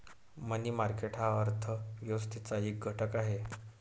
मनी market हा अर्थ व्यवस्थेचा एक घटक आहे